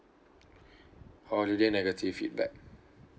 holiday negative feedback